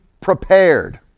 prepared